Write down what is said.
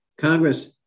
Congress